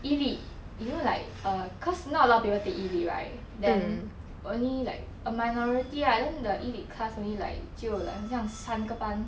E lit you know like err cause not a lot of people take E lit right then only like a minority right then the E lit class only like 就 like 三个班